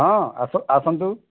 ହଁ ଆସ ଆସନ୍ତୁ